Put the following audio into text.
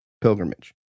pilgrimage